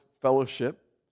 fellowship